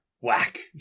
whack